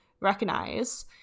recognize